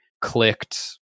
clicked